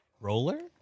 roller